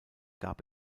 gab